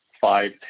five